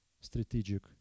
strategic